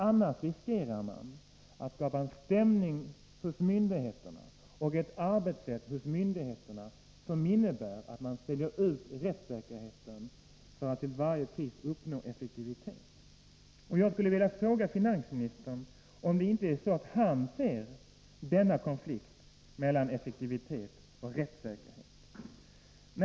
Annars riskerar man att skapa en stämning och ett arbetssätt hos myndigheterna som innebär att de säljer ut rättssäkerheten för att till varje pris uppnå effektivitet. Jag skulle vilja fråga finansministern om det inte är så att också han ser denna konflikt mellan effektivitet och rättssäkerhet.